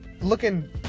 looking